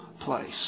place